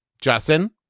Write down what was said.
Justin